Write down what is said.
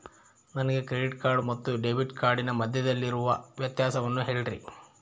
ನನಗೆ credit card ಮತ್ತು debit ಕಾರ್ಡಿನ ಮಧ್ಯದಲ್ಲಿರುವ ವ್ಯತ್ಯಾಸವನ್ನು ಹೇಳ್ರಿ?